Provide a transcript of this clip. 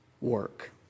work